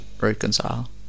reconcile